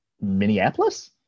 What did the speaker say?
Minneapolis